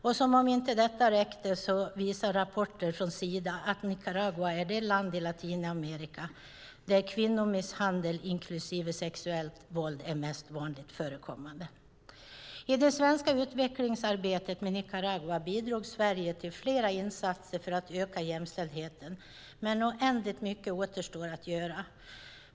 Och som om inte detta räckte visar rapporter från Sida att Nicaragua är det land i Latinamerika där kvinnomisshandel inklusive sexuellt våld är mest vanligt förekommande. I det svenska utvecklingsarbetet med Nicaragua bidrog Sverige till flera insatser för att öka jämställdheten, men oändligt mycket återstår att göra.